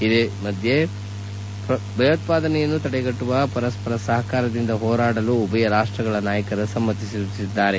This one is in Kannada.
ಇದೇ ಮಧ್ಯೆ ಭಯೋತ್ವಾದನೆಯನ್ನು ತಡೆಗಟ್ಟಲು ಪರಸ್ವರ ಸಹಕಾರದಿಂದ ಹೋರಾಡಲು ಉಭಯ ರಾಷ್ಟಗಳ ನಾಯಕರ ಸಮ್ಮತಿಸಿದ್ದಾರೆ